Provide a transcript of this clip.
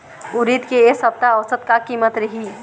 उरीद के ए सप्ता औसत का कीमत रिही?